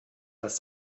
das